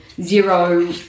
zero